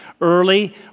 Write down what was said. Early